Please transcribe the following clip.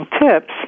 Tips